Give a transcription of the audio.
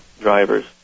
drivers